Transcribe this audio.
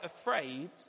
afraid